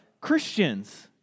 Christians